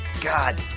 god